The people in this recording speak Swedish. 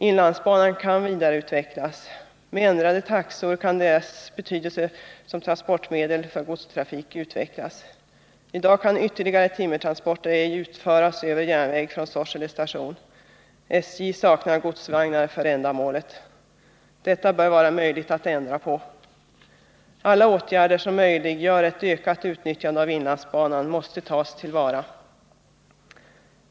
Inlandsbanan kan vidareutvecklas, och med ändrade taxor kan dess betydelse som transportmedel för godstrafik utvecklas. I dag kan ytterligare timmertransporter över järnväg ej genomföras med Sorsele station som utgångspunkt, då SJ saknar godsvagnar för ändamålet. Detta bör det vara möjligt att ändra på. Alla åtgärder som möjliggör ett ökat utnyttjande av inlandsbanan måste tas till vara.